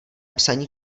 psaní